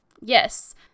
Yes